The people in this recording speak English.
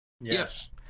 Yes